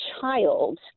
child